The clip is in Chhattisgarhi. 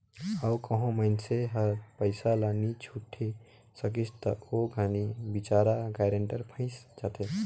अउ कहों मइनसे हर पइसा ल नी छुटे सकिस ता ओ घनी बिचारा गारंटर फंइस जाथे